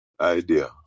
idea